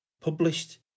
published